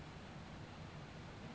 check বইয়ের পাতা গুলা লিয়ে টাকা দেয়